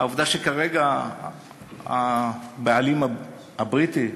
העובדה שכרגע הבעלים הבריטי